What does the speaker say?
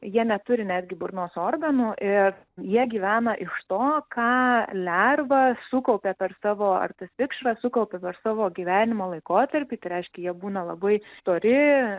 jie neturi netgi burnos organų ir jie gyvena iš to ką lerva sukaupė per savo ar tas vikšras sukaupė per savo gyvenimo laikotarpį tai reiškia jie būna labai stori